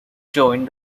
joined